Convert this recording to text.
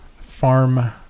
Farm